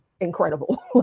incredible